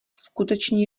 skutečně